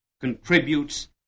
contributes